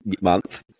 month